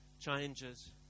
changes